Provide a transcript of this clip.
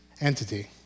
entity